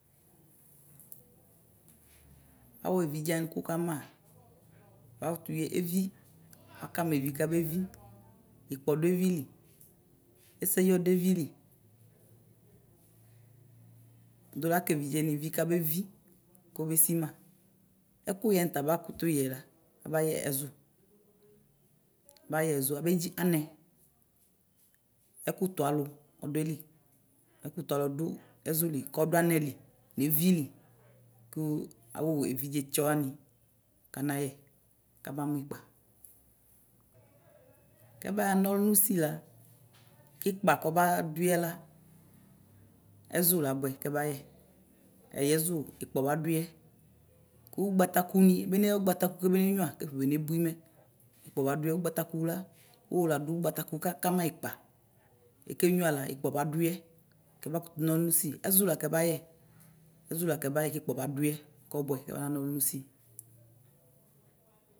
Awʋ evidze wani kʋkama ɔtu evi akama evi kabevi ikpa ɔdu evili ɛsɛyi ɔdu evili wʋdola wani kabevi kɔbesi ma ɛkuyɛ wani ta abakʋtʋ yɛla abayɛ ɛzʋ abedzi anɛ ɛkʋtʋ alʋ dʋeli ɛkʋalʋ dʋ ɛzʋli kɔdʋ anɛli nevili kʋ awu evidzetsɔ wani Kanayɛ kabamʋ ikpa. Kɛbaxa na ɔlʋ nʋ ʋsila kikpa kɔba dʋɛla ɛzʋ labʋɛ kɛbaya ɛyɛ ɛzʋ ikpa badʋyɛ kʋ ʋgbatakʋni ebaneya ʋgbatakʋni kɛbanenyua kafa benebui mɛ ikpa badʋyɛ ugbatakʋka ʋwolowʋ adu ʋgbatakʋ kakama ikpa ekenyua la ikpa ɔbaduyɛ kɛba kʋtʋnɔlʋ nusi ɛzʋla kɛbayɛ ɛzʋla kɛbayɛ kipka ɔbaduyɛ bua kemana ɔlʋ nʋ ʋsi.